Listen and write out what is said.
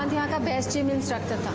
and and best gym instructor.